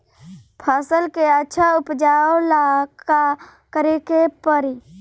फसल के अच्छा उपजाव ला का करे के परी?